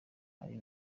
ari